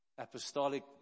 apostolic